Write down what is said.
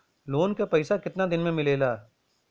Loan के पैसा कितना दिन मे मिलेला?